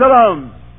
alone